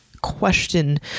question